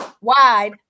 Wide